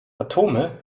atome